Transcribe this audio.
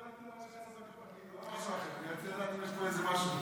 איזה משהו.